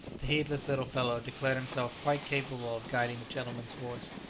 the heedless little fellow declared himself quite capable of guiding the gentleman's horse,